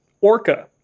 Orca